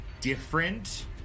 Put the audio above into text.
different